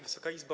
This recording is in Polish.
Wysoka Izbo!